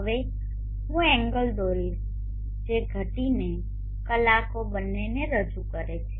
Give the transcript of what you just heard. હવે હું એંગલ દોરીશ જે ઘટીને અને કલાકો બંનેને રજૂ કરે છે